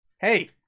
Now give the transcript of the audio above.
Hey